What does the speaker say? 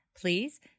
Please